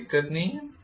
कोई दिक्कत नहीं है